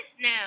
now